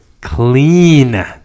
clean